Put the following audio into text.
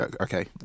Okay